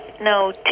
No